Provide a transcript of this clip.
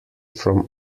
from